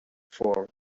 for